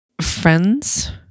friends